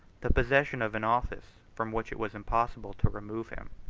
the possession of an office, from which it was impossible to remove him,